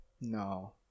No